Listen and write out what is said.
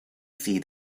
see